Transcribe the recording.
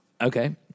Okay